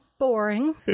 boring